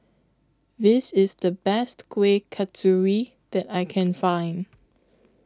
This IS The Best Kuih Kasturi that I Can Find